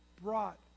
brought